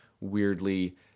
weirdly